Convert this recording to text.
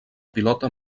pilota